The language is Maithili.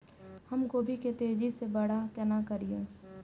हम गोभी के तेजी से बड़ा केना करिए?